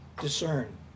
discern